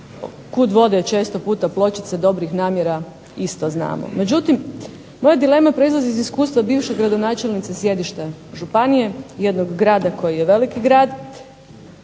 kud vode često puta pločice dobrih namjera isto znamo. Međutim, moja dilema proizlazi iz iskustva bivše gradonačelnice sjedište županije jednog grada koji je veliki grad